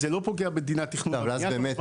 זה לא פוגע בדיני התכנון והבנייה.